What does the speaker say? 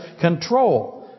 control